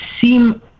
seem